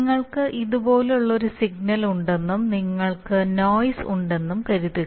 നിങ്ങൾക്ക് ഇതുപോലുള്ള ഒരു സിഗ്നൽ ഉണ്ടെന്നും നിങ്ങൾക്ക് നോയിസ് ഉണ്ടെന്നും കരുതുക